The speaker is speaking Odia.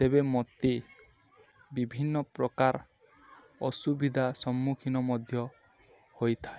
ତେବେ ମୋତେ ବିଭିନ୍ନ ପ୍ରକାର ଅସୁବିଧା ସମ୍ମୁଖୀନ ମଧ୍ୟ ହୋଇଥାଏ